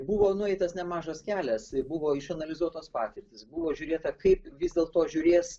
buvo nueitas nemažas kelias buvo išanalizuotos patirtys buvo žiūrėta kaip vis dėlto žiūrės